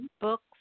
books